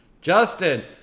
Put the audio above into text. Justin